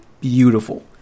Beautiful